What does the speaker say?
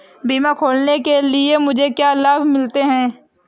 बीमा खोलने के लिए मुझे क्या लाभ मिलते हैं?